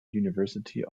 university